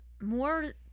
more